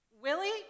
Willie